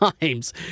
times